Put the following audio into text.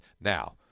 Now